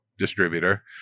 Distributor